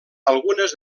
algunes